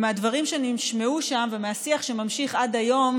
מהדברים שנשמעו שם ומהשיח שנמשך עד היום,